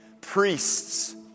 priests